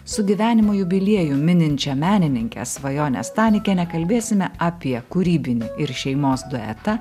su gyvenimo jubiliejų mininčia menininke svajone stanikiene kalbėsime apie kūrybinį ir šeimos duetą